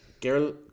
girl